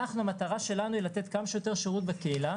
המטרה שלנו היא לתת כמה שיותר שירות בקהילה